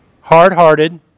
hard-hearted